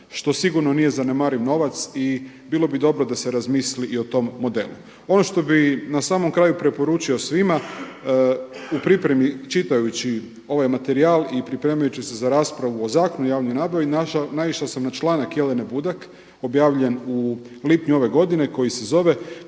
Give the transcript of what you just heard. što sigurno nije zanemariv novac. I bilo bi dobro da se razmisli i o tome modelu. Ono što bi na samom kraju preporučio svima. U pripremi čitajući ovaj materijal i pripremajući se za raspravu o Zakonu o javnoj nabavi naišao sam na članak Jesene Budak objavljen u lipnju ove godine koji se zove